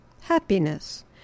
happiness